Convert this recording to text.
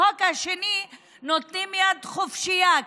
בחוק השני נותנים יד חופשית,